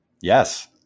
yes